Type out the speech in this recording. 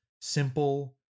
simple